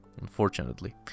unfortunately